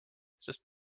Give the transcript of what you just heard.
sest